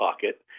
pocket